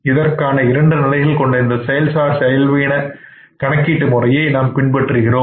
இதற்காக இரண்டு நிலைகள் கொண்ட இந்த செயல் சார்புடைய செலவின கணக்கில் முறையை நாம் பின்பற்றுகிறோம்